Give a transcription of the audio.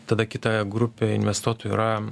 tada kita grupė investuotojų yra